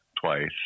twice